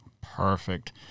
Perfect